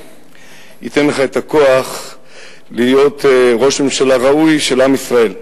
ייתן לך את הכוח להיות ראש ממשלה ראוי של עם ישראל.